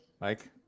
Mike